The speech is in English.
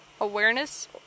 awareness